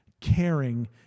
caring